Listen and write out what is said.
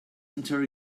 still